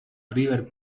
river